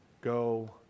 go